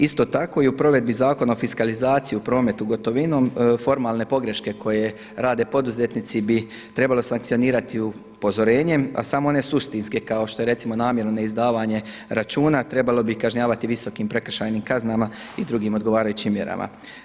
Isto tako i u provedbi Zakona o fiskalizaciji u prometu gotovinom, formalne pogreške koje rade poduzetnici bi trebalo sankcionirati upozorenjem, a samo one suštinske kao što je recimo namjerno neizdavanje računa trebalo bi kažnjavati visokim prekršajnim kaznama i drugim odgovarajućim mjerama.